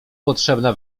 potrzebna